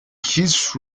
his